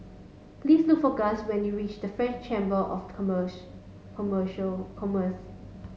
please look for Guss when you reach the French Chamber of Commercial Commerce